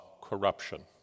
corruption